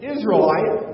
Israelite